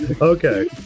Okay